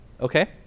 okay